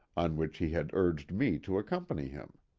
on which he had urged me to accompany him.